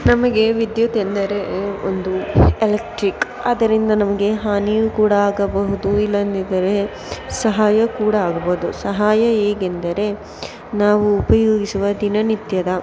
ನಮಗೆ ವಿದ್ಯುತ್ ಎಂದರೆ ಒಂದು ಎಲೆಕ್ಟ್ರಿಕ್ ಅದರಿಂದ ನಮಗೆ ಹಾನಿಯೂ ಕೂಡ ಆಗಬಹುದು ಇಲ್ಲದಿದ್ದರೆ ಸಹಾಯ ಕೂಡ ಆಗ್ಬೌದು ಸಹಾಯ ಹೇಗೆಂದರೆ ನಾವು ಉಪಯೋಗಿಸುವ ದಿನನಿತ್ಯದ